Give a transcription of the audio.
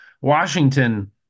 Washington